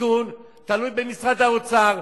תלוי במשרד השיכון, תלוי במשרד האוצר,